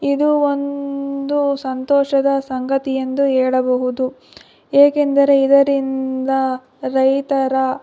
ಇದು ಒಂದು ಸಂತೋಷದ ಸಂಗತಿಯೆಂದು ಹೇಳಬಹುದು ಏಕೆಂದರೆ ಇದರಿಂದ ರೈತರ